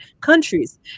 countries